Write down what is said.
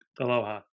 Aloha